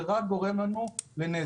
זה רק גורם לנו לנזק.